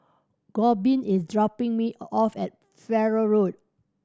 Corbin is dropping me off at Farrer Road